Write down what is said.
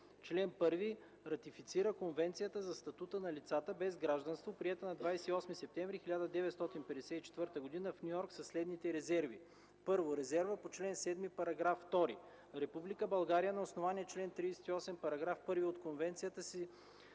Чл. 1. Ратифицира Конвенцията за статута на лицата без гражданство, приета на 28 септември 1954 г. в Ню Йорк, със следните резерви: 1. Резерва по чл. 7, § 2: „Република България на основание чл. 38, § 1 от Конвенцията си